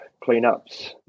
cleanups